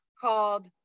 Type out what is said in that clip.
called